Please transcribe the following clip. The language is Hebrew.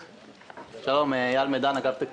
השאלה היא מה זה.